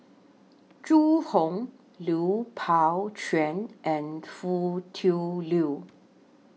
Zhu Hong Lui Pao Chuen and Foo Tui Liew